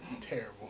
Terrible